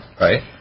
Right